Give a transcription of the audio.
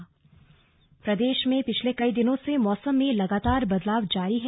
slug मौसम प्रदेश में पिछले कई दिनों से मौसम में लगातार बदलाव जारी है